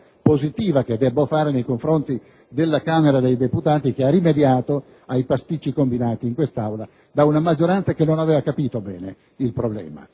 al lavoro compiuto dalla Camera dei deputati che ha posto rimedio ai pasticci combinati in quest'Aula da una maggioranza che non aveva capito bene il problema.